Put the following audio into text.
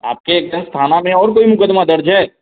आपके थाना में और कोई मुकदमा दर्ज है